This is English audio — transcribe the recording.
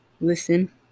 listen